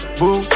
boo